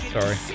Sorry